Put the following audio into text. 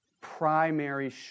primary